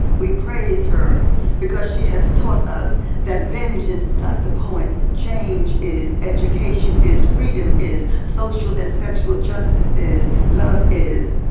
we praise her because she has taught us that vengeance is not the point. change is, education is, freedom is, social and sexual justice is, love is.